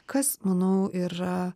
kas manau yra